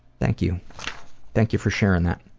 thank you thank you for sharing that,